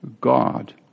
God